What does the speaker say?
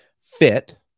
fit